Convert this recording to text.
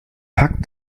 pack